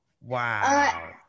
wow